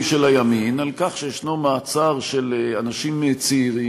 של הימין על כך שיש מעצר של אנשים צעירים,